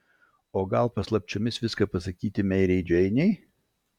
o gal paslapčiomis viską pasakyti merei džeinei